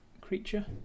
creature